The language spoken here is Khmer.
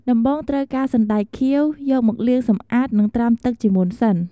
ដំបូង ត្រូវការសណ្ដែកខៀវ យកមកលាងសម្អាត និងត្រាំទឹកជាមុនសិន។